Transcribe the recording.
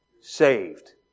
saved